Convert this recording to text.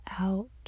out